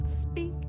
speak